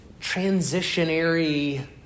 transitionary